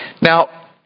Now